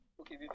okay